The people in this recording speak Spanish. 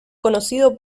conocido